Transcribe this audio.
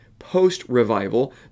post-revival